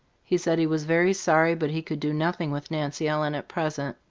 he said he was very sorry, but he could do nothing with nancy ellen at present.